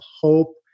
hope